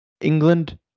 England